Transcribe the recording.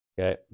Okay